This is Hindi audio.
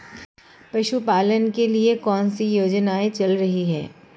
पशुपालन के लिए कौन सी योजना चल रही है?